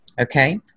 okay